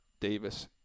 Davis